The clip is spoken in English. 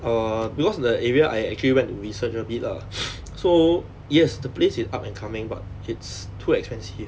err because the area I actually went to research a bit lah so yes the place is up and coming but it's too expensive